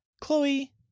Chloe